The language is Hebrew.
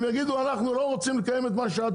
הם יגידו שהם לא רוצים לקים את מה שאת